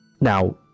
Now